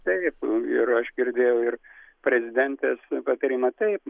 taip ir aš girdėjau ir prezidentės patarimą taip